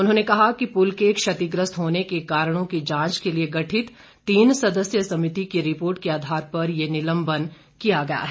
उन्होंने कहा कि पुल के क्षतिग्रस्त होने के कारणों की जांच के लिए गठित तीन सदस्यीय समिति की रिपोर्ट के आधार पर ये निलंबन किया गया है